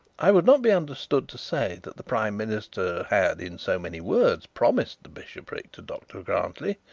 i would not be understood to say that the prime minister had in so many words promised the bishopric to dr grantly.